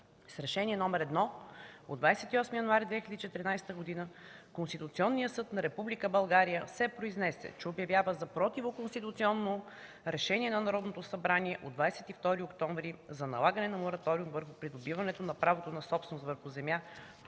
С Решение № 1 от 28 януари 2014 г. Конституционният съд на Република България се произнесе, че обявява за противоконституционно Решението на Народното събрание от 22 октомври 2013 г. за налагане на мораториум върху придобиването правото на собственост върху земя